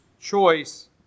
Choice